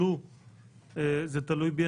לו זה תלוי בי,